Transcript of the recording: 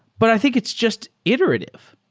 but i think it's just iterative.